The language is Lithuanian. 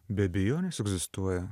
be abejonės egzistuoja